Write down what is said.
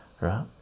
right